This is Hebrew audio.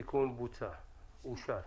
התיקון אושר.